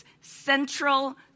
central